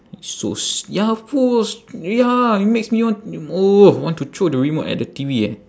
so s~ ya of course ya it makes me want want to throw the remote at the T_V eh